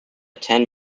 ten